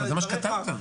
אבל זה מה שכתבת.